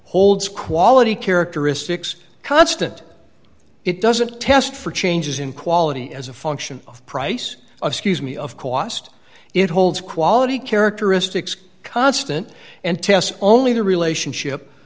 holds quality characteristics constant it doesn't test for changes in quality as a function of price of scuse me of cost it holds quality characteristics constant and test only the relationship